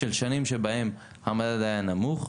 של שנים שבהן המדד היה נמוך,